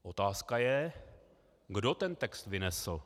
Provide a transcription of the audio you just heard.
Otázka je, kdo ten text vynesl.